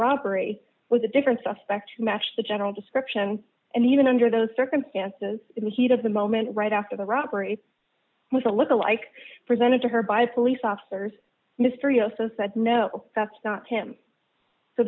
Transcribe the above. robbery with a different suspect to match the general description and even under those circumstances in the heat of the moment right after the robbery with a look alike presented to her by police officers mr yoso said no that's not him so